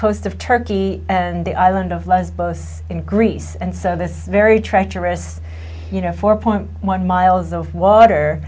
coast of turkey and the island of lesbos in greece and so this very treacherous you know four point one miles of water